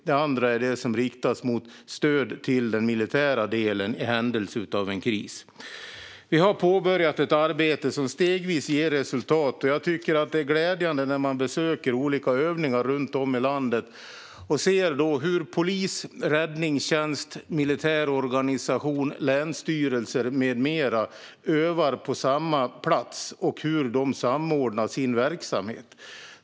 Den andra är det som riktas mot stöd till den militära delen i händelse av en kris. Vi har påbörjat ett arbete som stegvis ger resultat. När jag besöker olika övningar runt om i landet tycker jag att det är glädjande att se hur polis, räddningstjänst, militärorganisation, länsstyrelser med flera övar på samma plats och samordnar sin verksamhet.